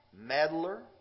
meddler